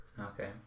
Okay